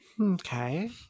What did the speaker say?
Okay